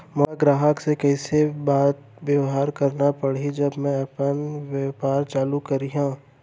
मोला ग्राहक से कइसे बात बेवहार करना पड़ही जब मैं अपन व्यापार चालू करिहा?